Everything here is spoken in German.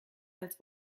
als